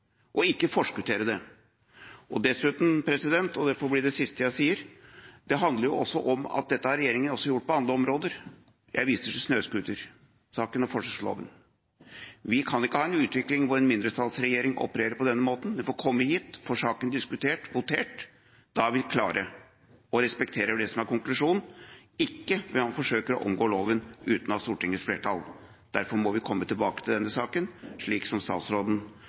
ikke forskuttere det. Dessuten, og det får bli det siste jeg sier, handler det om at dette har regjeringen også gjort på andre områder – jeg viser til snøscootersaken og ferdselsloven. Vi kan ikke ha en utvikling der en mindretallsregjering opererer på denne måten. De må komme hit, få saken diskutert og votert over. Da er vi klare og respekterer det som er konklusjonen, men ikke når man forsøker å omgå loven uten å ha Stortingets flertall. Derfor må vi komme tilbake til denne saken.